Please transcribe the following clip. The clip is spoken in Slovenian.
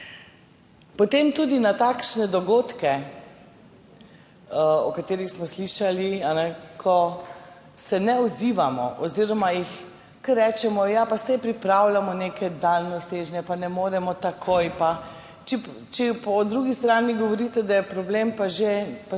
Potem tudi na takšne dogodke, o katerih smo slišali, ko se ne odzivamo oziroma kar rečemo, ja pa saj pripravljamo neke daljnosežne pa ne moremo takoj. Če po drugi strani govorite, da problem je že